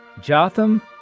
Jotham